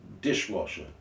dishwasher